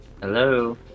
Hello